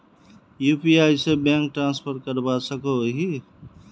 UPI से bank transfer करवा सकोहो ही?